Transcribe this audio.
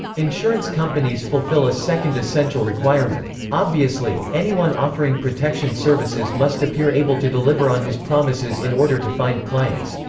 insurance companies fulfill a second essential requirement. obviously, anyone offering protection services must appear able to deliver on his promises in order to find clients.